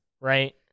Right